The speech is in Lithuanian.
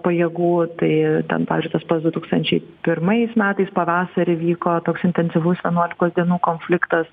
pajėgų tai ten pavyzdžiui tas pats du tūkstančiai pirmais metais pavasarį vyko toks intensyvus vienuolikos dienų konfliktas